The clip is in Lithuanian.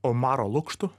omaro lukštu